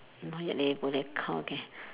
not yet leh